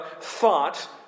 thought